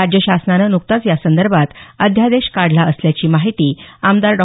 राज्य शासनानं नुकताच या संदर्भात अध्यादेश काढला असल्याची माहिती आमदार डॉ